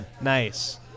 Nice